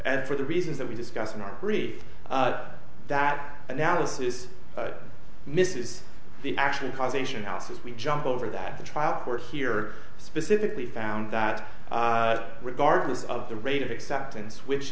and for the reasons that we discussed in our brief that analysis misses the actual causation houses we jump over that the trial court here specifically found that regardless of the rate of acceptance which